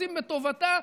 רוצים בטובתה.